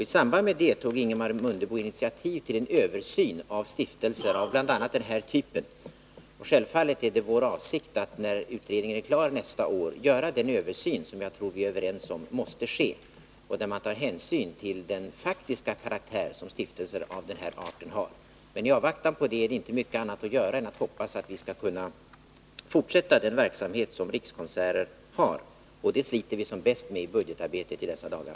I samband därmed tog Ingemar Mundebo initiativ till en översyn av stiftelser av bl.a. denna typ. Självfallet är det vår avsikt att, när utredningen är klar nästa år, göra den översyn som jag tror att vi är överens om måste ske och där man tar hänsyn till den faktiska karaktär som stiftelser av den här arten har. Men i avvaktan på det är det inte mycket annat att göra än att hoppas att vi skall kunna fortsätta den verksamhet som Rikskonserter har, och det sliter vi som bäst med i budgetarbetet i dessa dagar.